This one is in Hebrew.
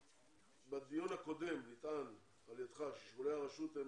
בדיון הקודם נטען על ידך ששיקולי הרשות הם